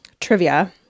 trivia